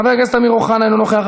חבר הכנסת אמיר אוחנה, אינו נוכח.